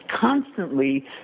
constantly